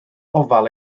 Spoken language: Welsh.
ofal